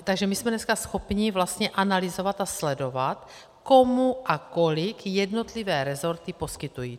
Takže my jsme dneska schopni analyzovat a sledovat, komu a kolik jednotlivé resorty poskytují.